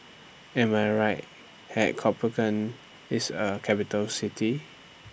Am I Right At Copenhagen IS A Capital City